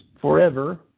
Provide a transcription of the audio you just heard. forever